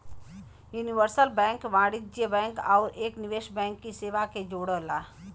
universal bank वाणिज्यिक bank आउर एक निवेश बैंक की सेवा के जोड़ला